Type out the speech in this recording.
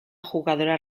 jugadora